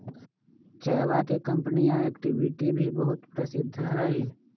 चयवा के कंपनीया एक्टिविटी भी बहुत प्रसिद्ध हई